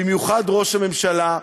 במיוחד ראש הממשלה,